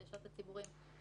הצהרה לפי סעיפים קטנים (א)